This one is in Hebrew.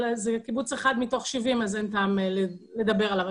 אבל זה קיבוץ אחד מתוך 70, אז אין טעם לדבר עליו.